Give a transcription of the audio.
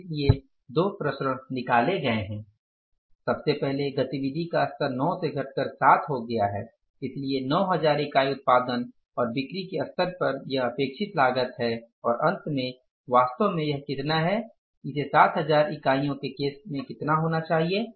इसलिए दो विचरण निकाले गए हैं सबसे पहले गतिविधि का स्तर 9 से घटकर 7 हो गया है इसलिए 9000 इकाई उत्पादन और बिक्री के स्तर पर यह अपेक्षित लागत है और अंत में वास्तव में यह कितना है इसे 7000 इकाईयां के केस में कितना होना चाहिए